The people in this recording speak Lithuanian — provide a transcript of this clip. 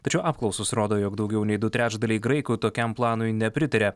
tačiau apklausos rodo jog daugiau nei du trečdaliai graikų tokiam planui nepritaria